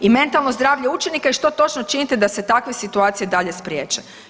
I mentalno zdravlje učenika i što točno činite da se takve situacije dalje spriječe.